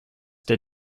did